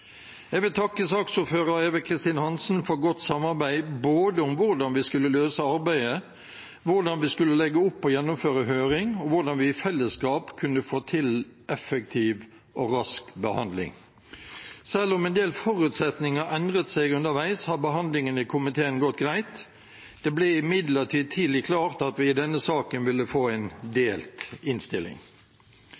Jeg vil takke saksordfører Eva Kristin Hansen for et godt samarbeid om både hvordan vi skulle løse arbeidet, hvordan vi skulle legge opp og gjennomføre høring, og hvordan vi i fellesskap kunne få til effektiv og rask behandling. Selv om en del forutsetninger endret seg underveis, har behandlingen i komiteen gått greit. Det ble imidlertid tidlig klart at vi i denne saken ville få en